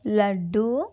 laddu